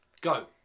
go